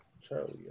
Charlie